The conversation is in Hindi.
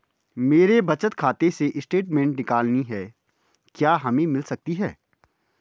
मेरे बचत खाते से स्टेटमेंट निकालनी है क्या हमें मिल सकती है?